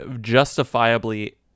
justifiably